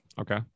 Okay